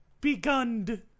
begun